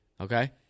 Okay